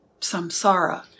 samsara